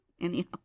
anyhow